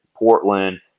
Portland